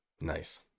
nice